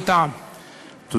ראשון לנוצרים.